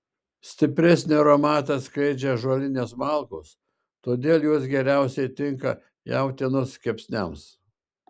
stipresnį aromatą skleidžia ąžuolinės malkos todėl jos geriausiai tinka jautienos kepsniams